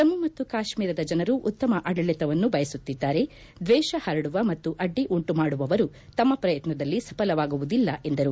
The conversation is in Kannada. ಜಮ್ಮ ಮತ್ತು ಕಾಶ್ಮೀರ ಜನರು ಉತ್ತಮ ಆಡಳತವನ್ನು ಬಯಸುತ್ತಿದ್ದಾರೆ ದ್ವೇಷವನ್ನು ಪರಡುವ ಮತ್ತು ಅಡ್ಡಿ ಉಂಟು ಮಾಡುವವವರು ತಮ್ಮ ಶ್ರಯತ್ನದಲ್ಲಿ ಸಫಲವಾಗುವುದಿಲ್ಲ ಎಂದರು